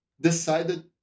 decided